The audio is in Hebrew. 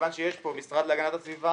מכיוון שיש כאן את המשרד להגנת הסביבה,